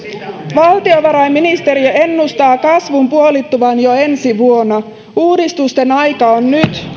valtiovarainministeriö ennustaa kasvun puolittuvan jo ensi vuonna uudistusten aika on nyt